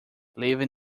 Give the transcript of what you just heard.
leaving